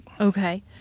Okay